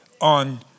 on